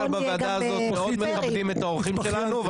אנחנו מכבדים את האורחים שלנו,